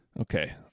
Okay